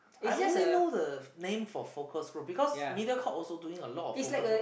I only know the name for focus group because Mediacorp also doing a lot of focus group